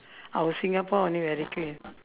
our singapore only very clean